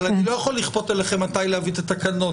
אבל אני לא יכול לכפות עליכם מתי להביא את התקנות,